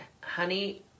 honey